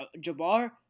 Jabbar